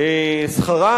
שכרו